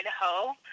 Idaho